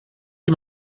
ihm